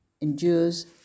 endures